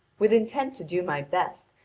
with intent to do my best,